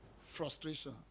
frustration